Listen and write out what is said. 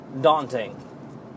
daunting